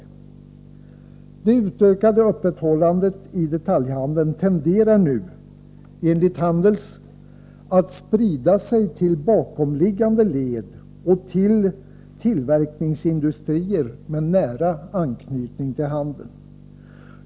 Det utökade öppethållandet inom detaljhandeln tenderar nu, enligt Handels, att sprida sig till bakomliggande led och till tillverkningsindustrier med nära anknytning till handeln.